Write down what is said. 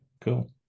cool